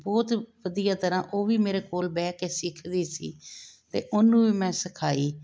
ਬਹੁਤ ਵਧੀਆ ਤਰ੍ਹਾਂ ਵੀ ਮੇਰੇ ਕੋਲ਼ ਬਹਿ ਕੇ ਸਿੱਖ ਦੀ ਸੀ ਤੇ ਉਹਨੂੰ ਵੀ ਮੈਂ ਸਿਖਾਈ